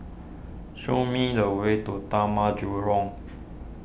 show me the way to Taman Jurong